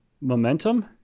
momentum